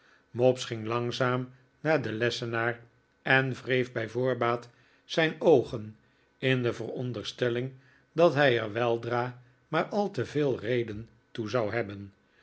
mobbs ging langzaam naar den lessenaar en wreef bij voorbaat zijn oogen in de veronderstelling dat hij er weldra maar al te veel reden toe zou hebben